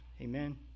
Amen